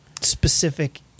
specific